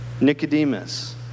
Nicodemus